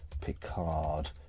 Picard